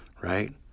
Right